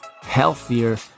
healthier